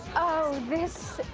oh, this